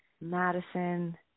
Madison –